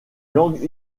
langue